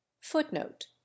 Footnote